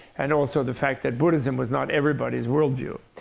and also, the fact that buddhism was not everybody's world view.